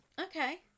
okay